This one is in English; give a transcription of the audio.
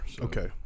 Okay